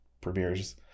premieres